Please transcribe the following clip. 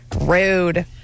Rude